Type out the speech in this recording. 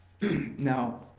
Now